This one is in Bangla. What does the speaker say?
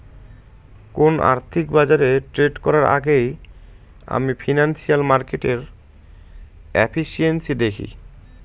কোন আর্থিক বাজারে ট্রেড করার আগেই আমি ফিনান্সিয়াল মার্কেটের এফিসিয়েন্সি দেখি